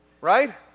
right